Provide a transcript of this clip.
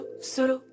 Solo